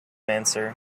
answer